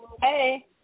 Hey